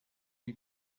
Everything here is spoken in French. lui